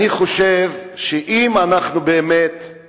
אני חושב שאם אנחנו כל